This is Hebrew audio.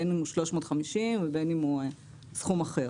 בין אם הוא 350 ובין אם הוא סכום אחר.